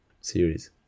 series